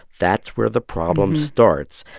that's where the problem starts.